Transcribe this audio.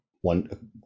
one